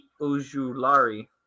Ujulari